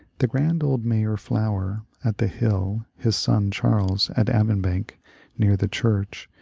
the gprand old mayor flower at the hill, his son charles at avonbank near the church,